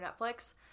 Netflix